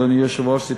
אדוני היושב-ראש,